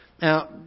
Now